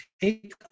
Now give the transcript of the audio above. take